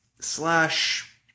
slash